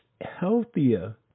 healthier